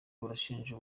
burashinja